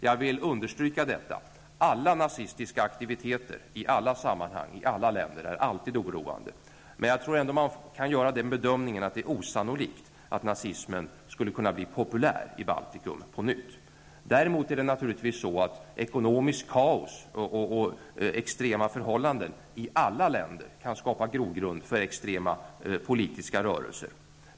Jag vill understryka detta. Alla nazistiska aktiviteter i alla sammanhang i alla länder är alltid oroande. Men jag tror ändå att man kan göra bedömningen att det är osannolikt att nazismen på nytt skulle kunna bli populär i Baltikum. Däremot är det naturligtvis så att ekonomiskt kaos och extrema förhållanden i alla länder kan skapa grogrund för extrema politiska rörelser.